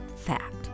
fact